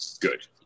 good